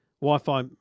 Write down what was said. Wi-Fi